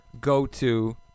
go-to